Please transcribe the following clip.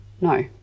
No